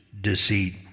deceit